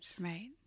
right